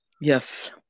Yes